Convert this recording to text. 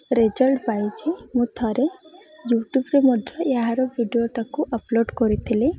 result ପାଇଛିି ମୁଁ ଥରେ ୟୁଟ୍ୟୁବ୍ରେ ମଧ୍ୟ ଏହାର ଭିଡ଼ିଓଟାକୁ ଅପ୍ଲୋଡ଼୍ କରିଥିଲି